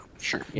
sure